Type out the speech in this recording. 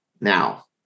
now